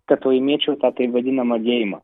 kad laimėčiau tą taip vadinamą geimą